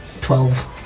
Twelve